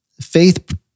Faith